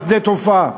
שדה תעופה.